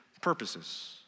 purposes